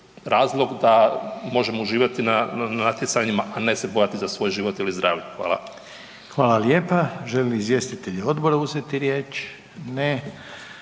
razlog da možemo uživati na natjecanjima, a ne se bojati za svoj život ili zdravlje. Hvala. **Reiner, Željko (HDZ)** Hvala lijepa. Žele li izvjestitelji odbora uzeti riječ? Ne.